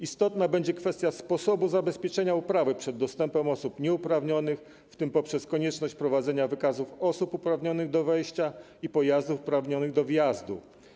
Istotna będzie kwestia sposobu zabezpieczenia uprawy przed dostępem osób nieuprawnionych, w tym poprzez konieczność prowadzenia wykazów osób uprawnionych do wejścia i pojazdów uprawnionych do wjazdu.